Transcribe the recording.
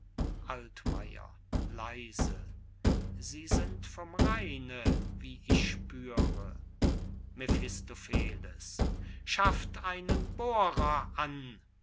leise sie sind vom rheine wie ich spüre mephistopheles schafft einen bohrer an